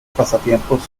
pasatiempos